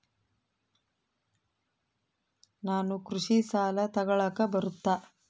ನಾನು ಕೃಷಿ ಸಾಲ ತಗಳಕ ಬರುತ್ತಾ?